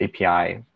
API